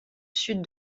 sud